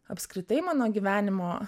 apskritai mano gyvenimo